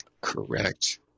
correct